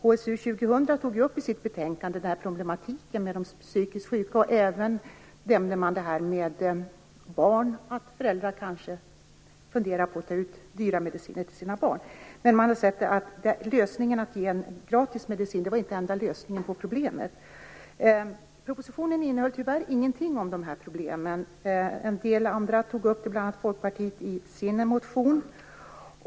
HSU 2000 tog i sitt betänkande upp problematiken med de psykiskt sjuka, och man nämnde även detta med att föräldrar kanske funderar innan de tar ut dyra mediciner till sina barn. Men man sade också att gratis medicin inte var den enda lösningen på problemet. Propositionen innehöll tyvärr ingenting om de här problemen. En del andra tog upp det, bl.a. Folkpartiet i sin motion.